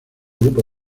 grupo